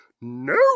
No